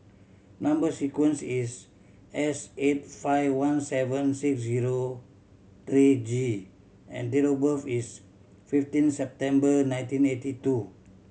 number sequence is S eight five one seven six zero three G and date of birth is fifteen September nineteen eighty two